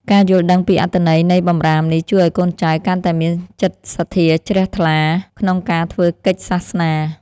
ការយល់ដឹងពីអត្ថន័យនៃបម្រាមនេះជួយឱ្យកូនចៅកាន់តែមានចិត្តសទ្ធាជ្រះថ្លាក្នុងការធ្វើកិច្ចសាសនា។